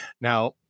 Now